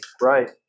Right